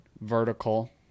vertical